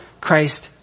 Christ